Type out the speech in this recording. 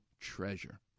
treasure